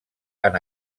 han